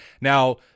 Now